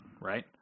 right